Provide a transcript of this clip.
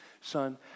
son